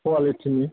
कवालिटिनि